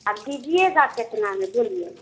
वह दीजिएगा कितना में बोलिए